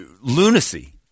lunacy